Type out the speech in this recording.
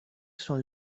són